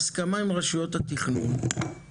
אז ההסכמות ייפגעו.